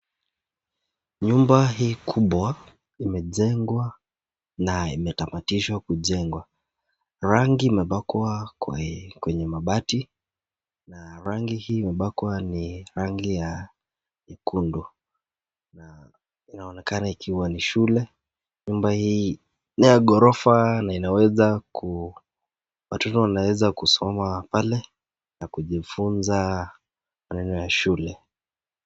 Nyumba hii kubwa imejengwa na imetamatishwa kujengwa. Rangi imepakwa kwenye mabati na rangi hii imepakwa ni rangi ya nyekundu. Na inaonekana ikiwa ni shule, nyumba hii ni ya ghorofa na inaweza ku [] watoto wanaweza kusoma pale na kujifunza [] shule.